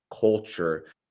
culture